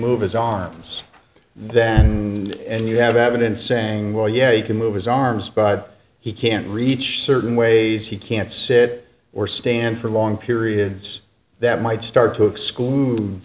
move his arms then you have evidence saying well yeah you can move his arms he can't reach certain ways he can't sit or stand for long periods that might start to